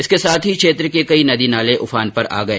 इसके साथ ही क्षेत्र के कई नदी नाले उफान पर आ गए